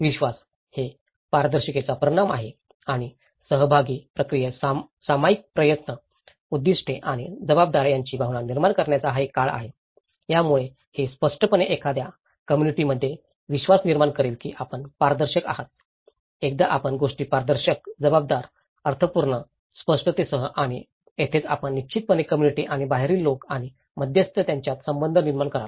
विश्वास हे पारदर्शकतेचा परिणाम आहे आणि सहभागी प्रक्रियेत सामायिक प्रयत्न उद्दीष्टे आणि जबाबदारी यांची भावना निर्माण करण्याचा हा काळ आहे यामुळे हे स्पष्टपणे एकदा कम्म्युनिटी मध्ये विश्वास निर्माण करेल की आपण पारदर्शक आहात एकदा आपण गोष्टी पारदर्शक जबाबदार अर्थपूर्ण स्पष्टतेसह आणि येथेच आपण निश्चितपणे कम्म्युनिटी आणि बाहेरील लोक आणि मध्यस्थ यांच्यात संबंध निर्माण कराल